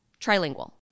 Trilingual